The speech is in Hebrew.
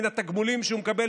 מן התגמולים שהוא מקבל,